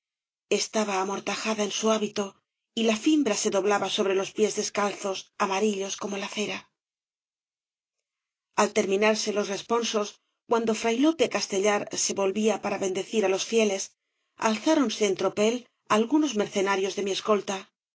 estaba amortajada en su hábito y la fimbra se doblaba sobre los pies descalzos amarillos como la cera v al terminarse les responsos cuando fray lope castellar se volvía para bendecir á los fieles alzáronse en tropel algunos mercenarios de mi escolta